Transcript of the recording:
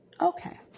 Okay